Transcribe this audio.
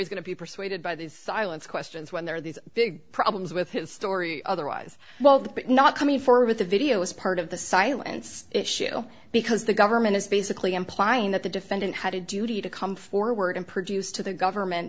is going to be persuaded by these silence questions when there are these big problems with his story other ries well the not coming forward with the video is part of the silence issue because the government is basically implying that the defendant had a duty to come forward and produce to the government